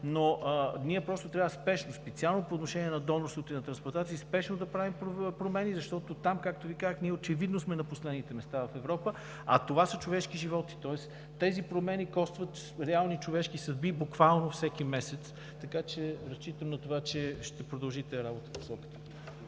но ние трябва специално по отношение на донорството и на трансплантациите спешно да правим промени, защото там, както Ви казах, ние очевидно сме на последните места в Европа, а това са човешки животи. Тези промени костват реални човешки съдби буквално всеки месец, така че разчитам на това, че ще продължите работата в